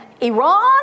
Iran